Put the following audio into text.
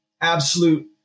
absolute